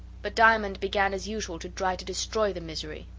but diamond began as usual to try to destroy the misery.